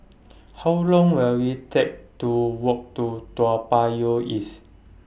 How Long Will IT Take to Walk to Toa Payoh East